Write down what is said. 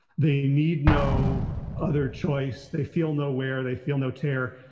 they need no other choice, they feel nowhere, they feel no tear.